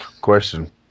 question